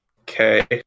Okay